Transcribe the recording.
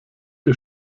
ihr